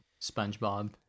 SpongeBob